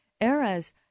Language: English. eras